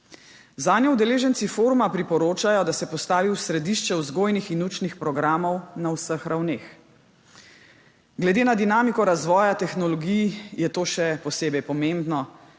Zanjo udeleženci foruma priporočajo, da se postavi v središče vzgojnih in učnih programov na vseh ravneh. Glede na dinamiko razvoja tehnologij je to še posebej pomembno.